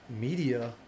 media